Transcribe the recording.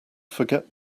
forget